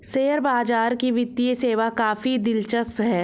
share बाजार की वित्तीय सेवा काफी दिलचस्प है